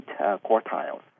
quartiles